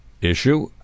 issue